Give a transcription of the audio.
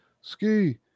Ski